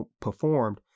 performed